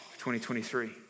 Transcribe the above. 2023